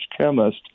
chemist